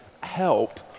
help